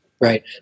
right